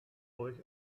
euch